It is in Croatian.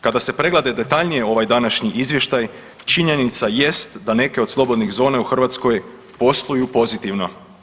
Kada se pregleda detaljnije ovaj današnji izvještaj činjenica jest da neke od slobodnih zona u Hrvatskoj posluju pozitivno.